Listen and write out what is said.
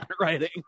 writing